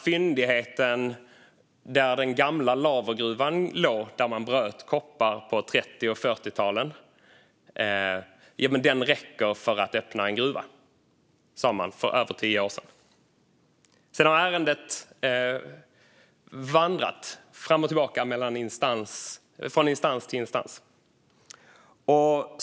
Fyndigheten där den gamla Lavergruvan låg, där man bröt koppar på 30 och 40-talen, räcker nämligen för att öppna en gruva. Det sa man för över tio år sedan. Sedan har ärendet vandrat fram och tillbaka, från instans till instans.